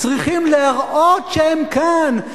צריכים להראות שהם כאן,